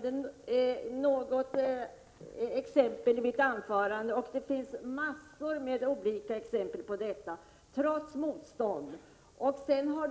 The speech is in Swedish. initiativ. Trots motståndet finns det många olika exempel på detta — jag nämnde något i mitt anförande.